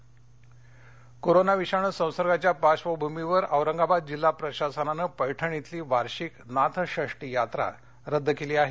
corona Paithan यात्रा corona विषाणू संसर्गाच्या पार्बभूमीवर औरंगाबाद जिल्हा प्रशासनानं पैठण इथली वार्षिक नाथषष्टी यात्रा रद्द केली आहे